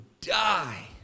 die